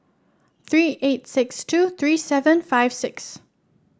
three eight six two three seven five six